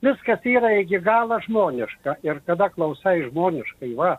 viskas yra iki galo žmoniška ir kada klausai žmoniškai va